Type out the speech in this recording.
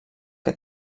que